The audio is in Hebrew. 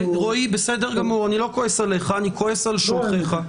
בסדר גמור, אני לא כועס עליך, אני כועס על שולחיך.